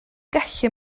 gallu